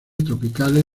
tropicales